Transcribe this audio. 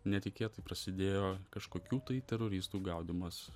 netikėtai prasidėjo kažkokių tai teroristų gaudymas